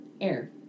air